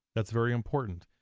that's very important.